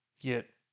get